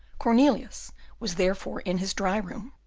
cornelius was therefore in his dry-room,